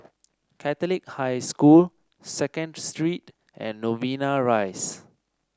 Catholic High School Second Street and Novena Rise